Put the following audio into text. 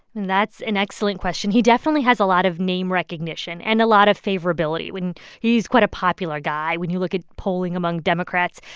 and that's an excellent question. he definitely has a lot of name recognition and a lot of favorability. he's he's quite a popular guy when you look at polling among democrats.